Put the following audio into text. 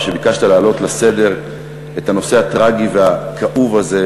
שביקשת להעלות לסדר-היום את הנושא הטרגי והכאוב הזה,